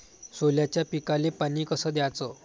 सोल्याच्या पिकाले पानी कस द्याचं?